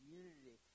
unity